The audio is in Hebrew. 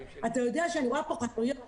אתה יודע, אני רואה פה חנויות באלנבי,